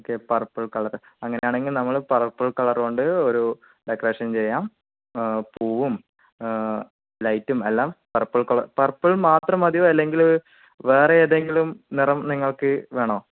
okay purple colour അങ്ങനെയാണെങ്കിൽ നമ്മള് purple കളറുകൊണ്ട് ഒരു ഡെക്കറേഷൻ ചെയ്യാം പൂവും ലൈറ്റും എല്ലാം പർപ്പിൾ കളർ പർപ്പിൾ മാത്രം മതിയോ അല്ലെങ്കിൽ വേറെയേതെങ്കിലും നിറം നിങ്ങൾക്ക് വേണോ